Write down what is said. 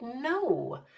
no